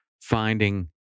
finding